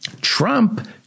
Trump